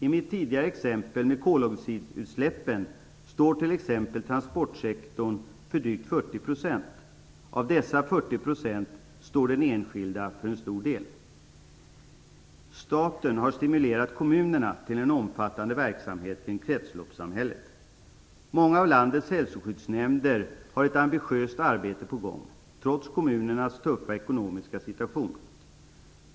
I mitt tidigare exempel med koldioxidutsläppen står t.ex. transportsektorn för drygt 40 %. Av dessa 40 % står den enskilda människan för en stor del. Staten har stimulerat kommunerna till en omfattande verksamhet kring kretsloppssamhället. Många av landets hälsoskyddsnämnder har ett ambitiöst arbete på gång trots kommunernas tuffa ekonomiska situation.